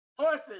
Horses